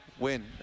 win